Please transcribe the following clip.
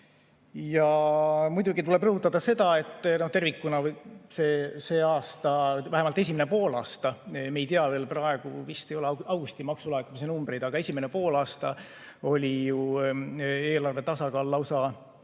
Ja muidugi tuleb rõhutada seda, et tervikuna see aasta, vähemalt esimene poolaasta – me ei tea veel praegu, vist ei ole augusti maksulaekumise numbreid, aga esimene poolaasta oli ju eelarve [positsioon]